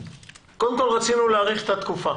רצינו להאריך את התקופה